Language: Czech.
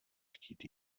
chtít